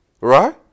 right